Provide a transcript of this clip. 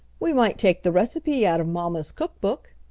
we might take the recipe out of mamma's cook-book,